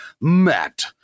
Matt